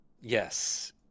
Yes